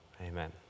Amen